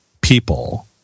people